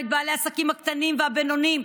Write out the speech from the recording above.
את בעלי העסקים הקטנים והבינוניים,